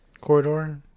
corridor